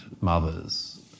mothers